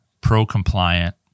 pro-compliant